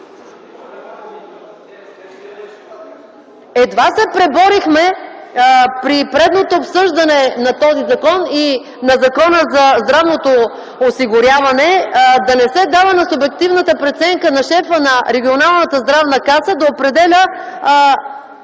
Едва се преборихме при предното обсъждане на този закон и на Закона за здравното осигуряване да не се дава на субективната преценка на шефа на регионалната здравна каса да определя